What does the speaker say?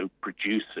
producers